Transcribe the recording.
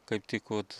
kaip tik vat